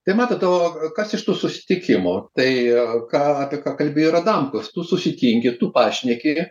tai matot o kas iš tų susitikimų tai ką apie ką kalbėjo ir adamkus tu susitinki tu pašneki